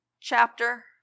chapter